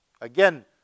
Again